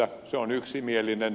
se on yksimielinen